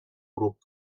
grup